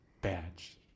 badge